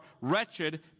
wretched